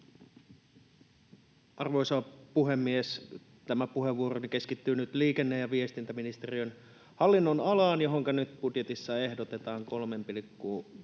Arvoisa puhemies! Tämä puheenvuoroni keskittyy nyt liikenne- ja viestintäministeriön hallinnonalaan, johonka nyt budjetissa ehdotetaan 3,34